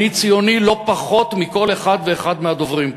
אני ציוני לא פחות מכל אחד ואחד מהדוברים פה.